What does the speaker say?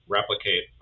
replicate